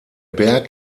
berg